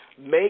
Make